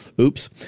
oops